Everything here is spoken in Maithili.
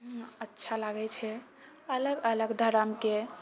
अच्छा लागै छै अलग अलग धर्मके